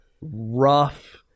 rough